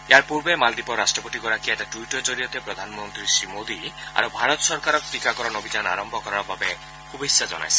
ইয়াৰ পূৰ্বে মালদ্বীপৰ ৰাট্টপতিগৰাকীয়ে এটা টুইটৰ জৰিয়তে প্ৰধানমন্ত্ৰী শ্ৰীমোদী আৰু ভাৰত চৰকাৰক টিকাকৰণ অভিযান আৰম্ভ কৰাৰ বাবে শুভেচ্ছা জনাইছিল